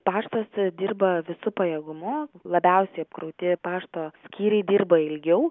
paštas dirba visu pajėgumu labiausiai apkrauti pašto skyriai dirba ilgiau